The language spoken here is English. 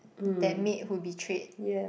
that maid who betrayed